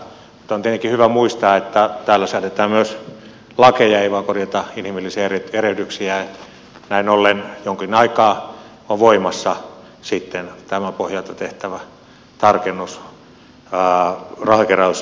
nyt on tietenkin hyvä muistaa että täällä säädetään myös lakeja ei vain korjata inhimillisiä erehdyksiä ja näin ollen jonkin aikaa on voimassa sitten tämän pohjalta tehtävä tarkennus rahankeräyslakiin